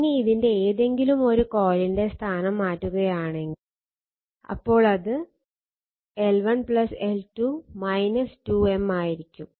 ഇനി ഇതിന്റെ ഏതെങ്കിലും ഒരു കൊയിലിന്റെ സ്ഥാനം മാറ്റുകയാണെങ്കിൽ അപ്പോൾ ഇത് L1 L2 2M ആയിരിക്കും